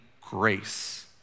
grace